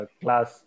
class